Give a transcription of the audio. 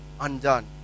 undone